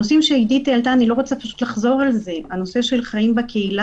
הנושאים שעדית העלתה אני לא רוצה לחזור על זה - הנושא של חיים בקהילה,